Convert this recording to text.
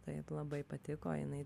taip labai patiko jinai